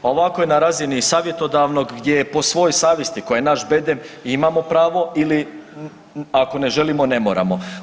Ovako je na razini savjetodavnog gdje je po svojoj savjesti koji je naš, imamo pravo ili ako ne želimo ne moramo.